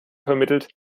vermittelt